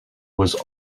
was